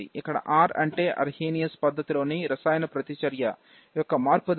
ఇక్కడ r అంటే Arrhenius పద్ధతిలోని రసాయన ప్రతిచర్య యొక్క మార్పుదల